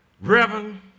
Reverend